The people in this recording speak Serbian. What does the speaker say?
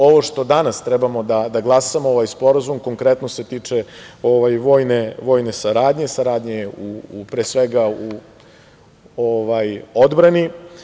Ovo što danas treba da glasamo, ovaj sporazum, konkretno se tiče vojne saradnje, saradnje pre svega u odbrani.